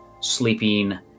sleeping